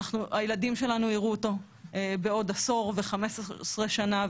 הילדים שלנו יראו אותו בעוד עשור ו-15 שנה,